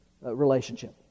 relationship